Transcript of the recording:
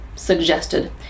suggested